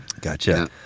Gotcha